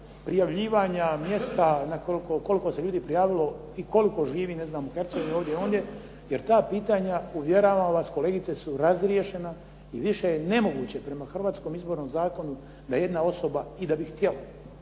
prijavljivanja mjesta koliko se ljudi prijavilo i koliko živi u Hercegovini, ovdje, ondje jer ta pitanja uvjeravam vas kolegice su razriješena i više je nemoguće prema hrvatskom Izbornom zakonu da jedna osoba i da bi htjela,